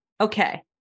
Okay